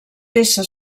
peça